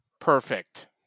Perfect